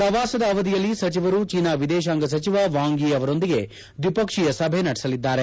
ಶ್ರವಾಸದ ಅವಧಿಯಲ್ಲಿ ಸಚಿವರು ಚೀನಾ ವಿದೇಶಾಂಗ ಸಚಿವ ವಾಂಗ್ ಯಿ ಅವರೊಂದಿಗೆ ದ್ವಿಪಕ್ಷೀಯ ಸಭೆ ನಡೆಸಲಿದ್ದಾರೆ